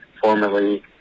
formerly